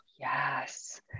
yes